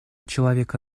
человека